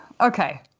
Okay